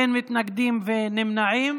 אין מתנגדים ונמנעים,